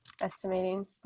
estimating